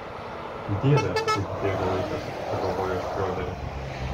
dieve kaip bėga laikas pagalvojo šrioderis